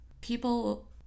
People